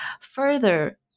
further